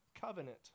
covenant